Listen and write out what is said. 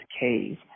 cave